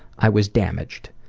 i was damaged.